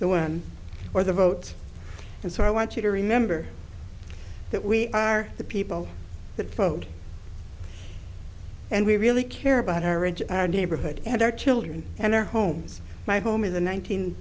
the one or the vote and so i want you to remember that we are the people that vote and we really care about our ridge our neighborhood and our children and our homes my home is the